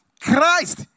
Christ